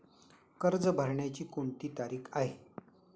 कर्ज भरण्याची कोणती तारीख आहे?